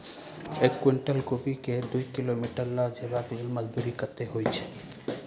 एक कुनटल कोबी केँ दु किलोमीटर लऽ जेबाक मजदूरी कत्ते होइ छै?